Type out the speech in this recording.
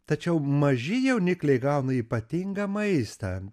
tačiau maži jaunikliai gauna ypatingą maistą